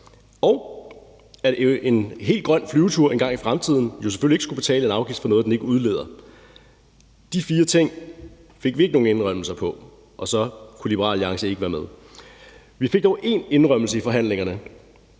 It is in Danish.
at en helt grøn flyvetur engang i fremtiden selvfølgelig ikke skulle medføre en afgift for noget, den ikke udleder. De fire ting fik vi ikke nogen indrømmelser på, og så kunne Liberal Alliance ikke være med. Vi fik dog en indrømmelse i forhandlingerne,